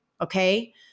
Okay